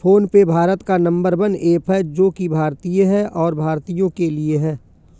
phone पे भारत का नंबर वन ऐप है जो की भारतीय है और भारतीयों के लिए है